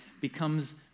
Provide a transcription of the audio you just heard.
becomes